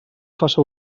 faça